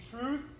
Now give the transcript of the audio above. truth